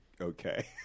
okay